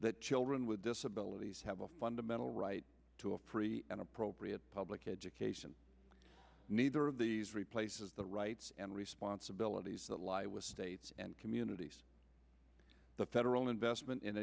that children with disabilities have a fundamental right to a free and appropriate public education neither of these replaces the rights and responsibilities that lie with states and communities the federal investment in